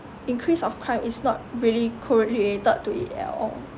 increase of crime is not really correlated to it at all